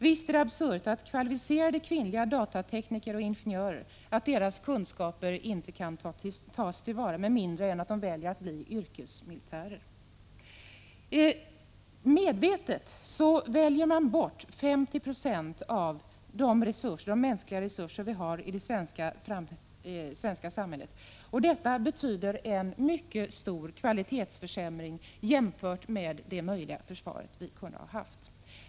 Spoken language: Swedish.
Visst är det absurt att kvalificerade kvinnliga datateknikers och ingenjörers kunskaper inte tas till vara med mindre än att de väljer att bli yrkesmilitärer. Medvetet väljer man bort 50 Ze av de mänskliga resurser som vi har i det svenska samhället. Detta betyder en mycket stor kvalitetsförsämring jämfört med det möjliga försvar som vi kunde ha haft.